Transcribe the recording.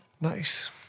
Nice